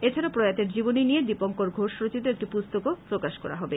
এছাড়া প্রয়াতের জীবনী নিয়ে দীপষ্কর ঘোষ রচিত একটি পুস্তকও প্রকাশ করা হবে